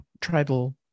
tribal